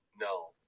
No